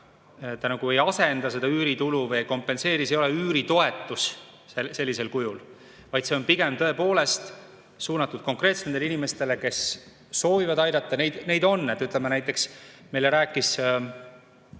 nagu ei asenda seda üüritulu või ei kompenseeri seda. See ei ole üüritoetus sellisel kujul, vaid see on pigem tõepoolest suunatud konkreetselt nendele inimestele, kes soovivad aidata. Neid on. Näiteks rääkis